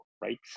right